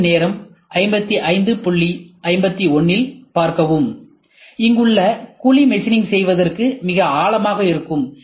திரையின் நேரம் 5551 இல் பார்க்கவும் இங்குள்ள குழி மெஷினிங் செய்வதற்கு மிக ஆழமாக இருக்கும்